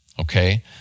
okay